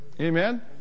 Amen